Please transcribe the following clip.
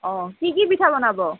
অঁ কি কি পিঠা বনাব